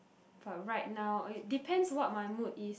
but right it depends what my mood is